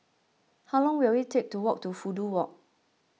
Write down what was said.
how long will it take to walk to Fudu Walk